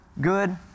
Good